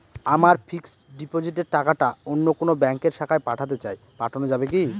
আমার ফিক্সট ডিপোজিটের টাকাটা অন্য কোন ব্যঙ্কের শাখায় পাঠাতে চাই পাঠানো যাবে কি?